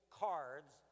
cards